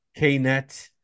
Knet